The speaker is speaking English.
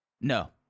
No